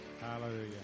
Hallelujah